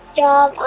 job